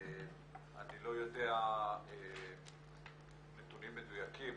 אני לא יודע נתונים מדויקים,